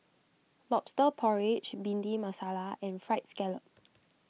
Lobster Porridge Bhindi Masala and Fried Scallop